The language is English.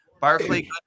Barclay